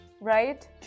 right